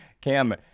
Cam